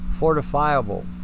fortifiable